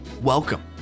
welcome